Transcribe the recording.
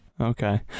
Okay